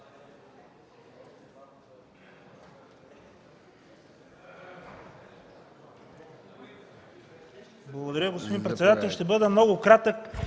Благодаря, господин председател. Ще бъда много кратък